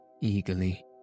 Eagerly